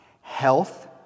health